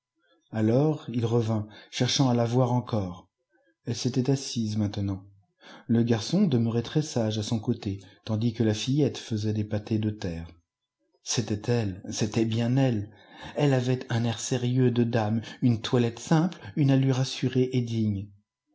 alors il revint cherchant à la voir encore elle s'était assise maintenant le garçon demeurait très sage à son côté tandis que la fillette faisait des pâtés de terre c'était elle c'était bien elle elle avait un air sérieux de dame une toilette simple une allure assurée et digne